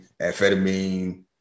Amphetamine